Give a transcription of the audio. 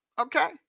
Okay